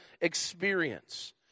experience